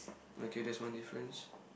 okay that's one difference